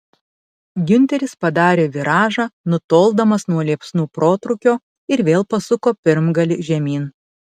giunteris padarė viražą nutoldamas nuo liepsnų protrūkio ir vėl pasuko pirmgalį žemyn